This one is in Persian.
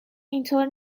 اینطور